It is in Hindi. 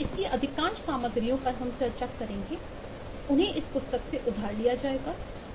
इसकी अधिकांश सामग्रियां पर हम चर्चा करेंगे उन्हें इस पुस्तक से उधार लिया जाएगा